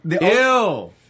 Ew